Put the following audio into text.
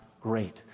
great